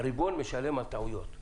הריבון משלם על טעויות.